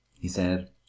he said.